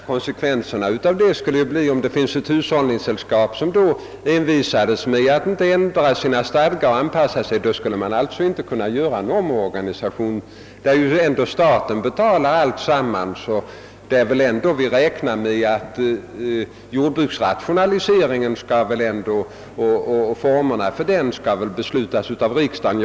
Herr talman! Om något hushållningssällskap envisas med att inte ändra sina stadgar, skulle konsekvensen bli att vi inte kunde genomföra någon omorganisation. Men staten betalar ju ändå alla kostnader, och vi räknar ju med att jordbruksrationaliseringen och formerna för den skall beslutas av riksdagen.